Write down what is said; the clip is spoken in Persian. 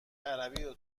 عربی